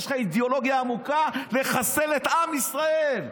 יש לך אידיאולוגיה עמוקה לחסל את עם ישראל.